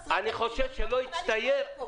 חסרת תקדים.